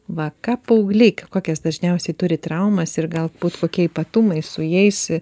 va ką paaugliai kokias dažniausiai turi traumas ir galbūt kokie ypatumai su jais